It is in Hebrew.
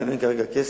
גם אם אין כרגע כסף,